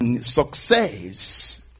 success